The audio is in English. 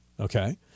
okay